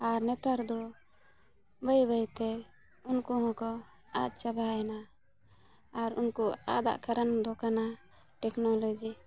ᱟᱨ ᱱᱮᱛᱟᱨ ᱫᱚ ᱵᱟᱹᱭ ᱵᱟᱹᱭᱛᱮ ᱩᱱᱠᱩ ᱦᱚᱸᱠᱚ ᱟᱫ ᱪᱟᱵᱟᱭᱮᱱᱟ ᱟᱨ ᱩᱱᱠᱩ ᱟᱫᱚᱜ ᱠᱟᱨᱚᱱ ᱫᱚ ᱠᱟᱱᱟ ᱴᱮᱠᱱᱳᱞᱚᱡᱤ